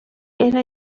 era